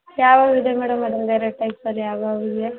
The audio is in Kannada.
ಯಾವ್ಯಾವ್ದು ಇದೆ ಮೇಡಮ್ ಅದ್ರಲ್ಲಿ ಬೇರೆ ಟೈಪಲ್ಲಿ ಯಾವ್ಯಾವ್ದು ಇವೆ